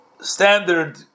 standard